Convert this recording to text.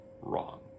wrong